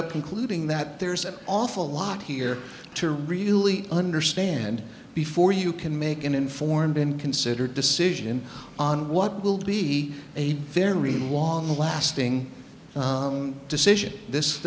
concluding that there's an awful lot here to really understand before you can make an informed and considered decision on what will be a very long lasting decision this